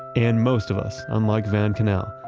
and most of us, unlike van kannel,